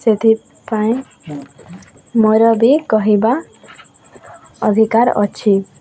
ସେଥିପାଇଁ ମୋର ବି କହିବା ଅଧିକାର ଅଛି